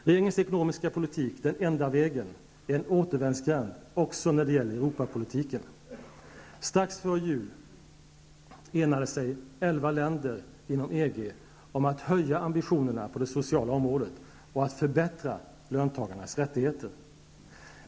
Regeringens ekonomiska politik, ''den enda vägen'', är en återvändsgränd också när det gäller Strax före jul enade sig elva länder inom EG om att höja ambitionerna på det sociala området och att förbättra löntagarnas rättigheter.